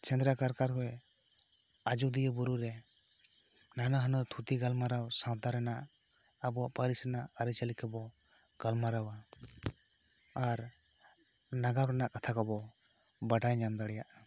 ᱥᱮᱸᱫᱽᱨᱟ ᱠᱟᱨᱠᱟ ᱨᱮ ᱟᱡᱚᱫᱤᱭᱟᱹ ᱵᱩᱨᱩ ᱨᱮ ᱱᱟᱱᱟ ᱦᱩᱱᱟᱹᱨ ᱛᱷᱩᱛᱤ ᱜᱟᱞᱢᱟᱨᱟᱣ ᱥᱟᱶᱛᱟ ᱨᱮᱱᱟᱜ ᱟᱵᱚᱭᱟᱜ ᱯᱟᱹᱨᱤᱥ ᱨᱮᱱᱟᱜ ᱟᱹᱨᱤ ᱪᱟᱹᱞᱤ ᱠᱚᱵᱚ ᱜᱟᱞᱢᱟᱨᱟᱣᱟ ᱟᱨ ᱱᱟᱜᱟᱢ ᱨᱮᱱᱟᱜ ᱠᱟᱛᱷᱟ ᱠᱚᱵᱚ ᱵᱟᱰᱟᱭ ᱧᱟᱢ ᱫᱟᱲᱮᱭᱟᱜᱼᱟ